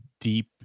deep